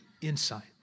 insight